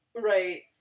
Right